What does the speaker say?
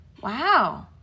Wow